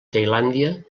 tailàndia